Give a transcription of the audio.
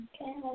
Okay